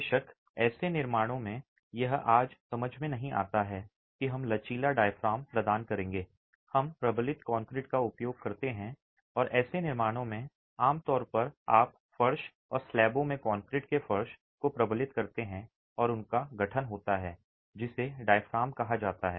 बेशक ऐसे निर्माणों में यह आज समझ में नहीं आता है कि हम लचीला डायाफ्राम प्रदान करेंगे हम प्रबलित कंक्रीट का उपयोग करते हैं और ऐसे निर्माणों में आमतौर पर आप फर्श और स्लैबों में कंक्रीट के फर्श को प्रबलित करते हैं और उनका गठन होता है जिसे डायाफ्राम कहा जाता है